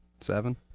Seven